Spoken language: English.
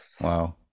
Wow